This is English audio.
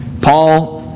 Paul